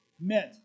meant